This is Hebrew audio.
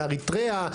מאריתריאה,